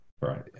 right